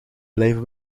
blijven